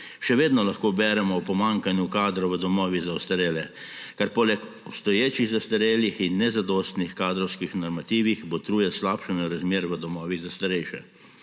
Še vedno lahko beremo o pomanjkanju kadra v domovih za ostarele, kar poleg obstoječih zastarelih in nezadostnih kadrovskih normativih botruje slabšanju razmer v domovih za starejše.